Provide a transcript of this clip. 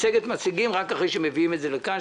מצגת מציגים רק אחרי שמביאים את זה לכאן,